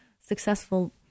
successful